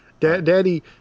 Daddy